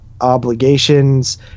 obligations